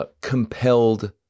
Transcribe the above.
compelled